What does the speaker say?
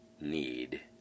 need